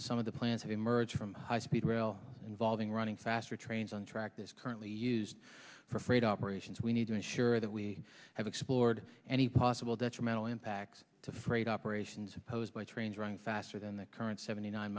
some of the plans that emerge from high speed rail involving running faster trains on track this currently used for freight operations we need to ensure that we have explored any possible detrimental impacts to freight operations opposed by trains running faster than the current seventy nine